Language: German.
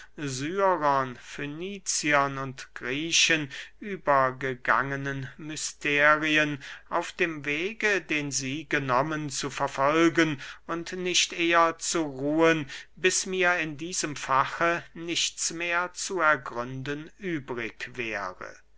syrern föniziern und griechen übergegangenen mysterien auf dem wege den sie genommen zu verfolgen und nicht eher zu ruhen bis mir in diesem fache nichts mehr zu ergründen übrig wäre